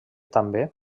també